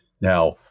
Now